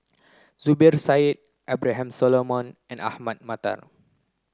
Zubir Said Abraham Solomon and Ahmad Mattar